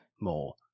more